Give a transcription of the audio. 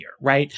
right